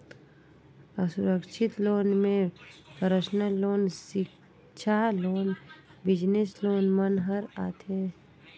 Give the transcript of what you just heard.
असुरक्छित लोन में personal loan, सिक्छा लोन, बिजनेस लोन मन हर आथे